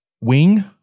wing